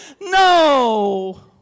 No